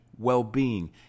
well-being